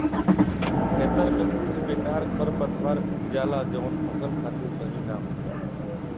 खेतन में कुछ बेकार खरपतवार उग जाला जवन फसल खातिर सही ना होखेला